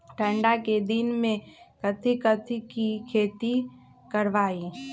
ठंडा के दिन में कथी कथी की खेती करवाई?